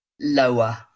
lower